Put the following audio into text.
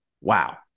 Wow